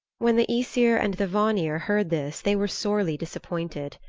when the aesir and the vanir heard this they were sorely disappointed.